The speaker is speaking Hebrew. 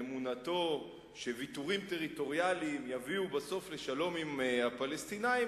אמונתו שוויתורים טריטוריאליים יביאו בסוף לשלום עם הפלסטינים,